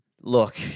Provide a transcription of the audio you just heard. look